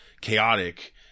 chaotic